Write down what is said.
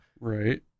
Right